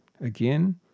Again